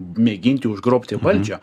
mėginti užgrobti valdžią